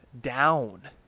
down